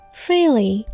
freely